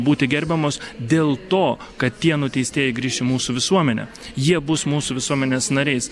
būti gerbiamos dėl to kad tie nuteistieji grįš į mūsų visuomenę jie bus mūsų visuomenės nariais